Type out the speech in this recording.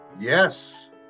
Yes